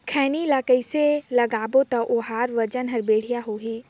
खैनी ला कइसे लगाबो ता ओहार वजन हर बेडिया होही?